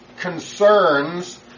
concerns